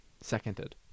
Seconded